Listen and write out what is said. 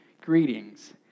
greetings